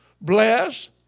Bless